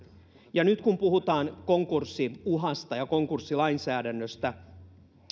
ja nyt kun puhutaan konkurssiuhasta ja konkurssilainsäädännöstä